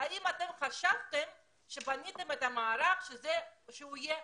האם כשבניתם את המערך חשבתם שהוא יהיה